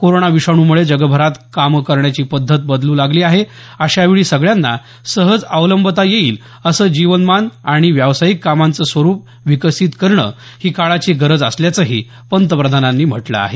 corona विषाणूमुळे जगभरात कामं करण्याची पद्धत बदलू लागली आहे अशावेळी सगळ्यांना सहज अवलंबंता येईल असं जीवनमान आणि व्यावसायिक कामाचं स्वरुप विकसित करणं ही काळाची गरज असल्याचंही पंतप्रधानांनी म्हटलं आहे